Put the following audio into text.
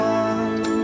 one